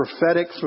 prophetic